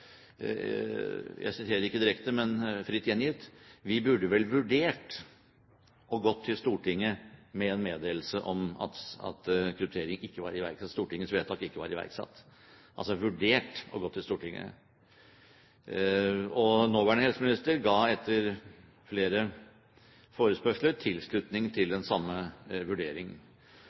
jeg siterer ikke direkte, men fritt gjengitt: Vi burde vel vurdert å gå til Stortinget med en meddelelse om at Stortingets vedtak ikke var iverksatt – altså vurdert å gå til Stortinget. Nåværende helseminister ga etter flere forespørsler tilslutning til den samme vurdering.